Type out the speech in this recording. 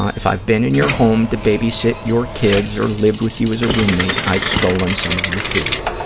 ah if i've been in your home to baby-sit your kids or lived with you as a roommate, i've stolen some of your food.